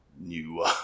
new